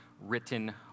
written